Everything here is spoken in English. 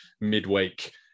midweek